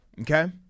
okay